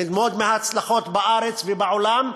ללמוד מההצלחות בארץ ובעולם,